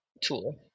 tool